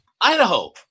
Idaho